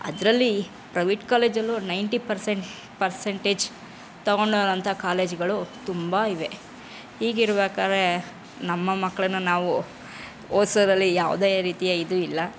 ಅದರಲ್ಲಿ ಪ್ರೈವೇಟ್ ಕಾಲೇಜಲ್ಲೂ ninety percent percentage ತಗೊಂಡೋರಂತಹ ಕಾಲೇಜುಗಳು ತುಂಬ ಇವೆ ಹೀಗಿರಬೇಕಾದ್ರೆ ನಮ್ಮ ಮಕ್ಳನ್ನು ನಾವು ಓದಿಸೋದ್ರಲ್ಲಿ ಯಾವುದೇ ರೀತಿಯ ಇದು ಇಲ್ಲ